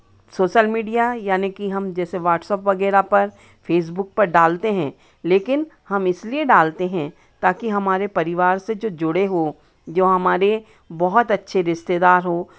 social media यानि कि हम जैसे वाट्सअप वगैरह पर फे़सबुक पर डालते हैं लेकिन हम इसलिए डालते हैं ताकि हमारे परिवार से जो जुड़े हों जो हमारे बहुत अच्छे रिश्तेदार हो